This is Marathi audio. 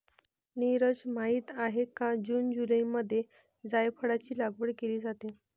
नीरज माहित आहे का जून जुलैमध्ये जायफळाची लागवड केली जाते